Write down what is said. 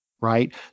right